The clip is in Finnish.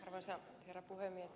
arvoisa herra puhemies